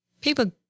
people